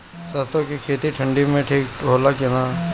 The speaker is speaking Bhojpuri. सरसो के खेती ठंडी में ठिक होला कि ना?